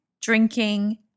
drinking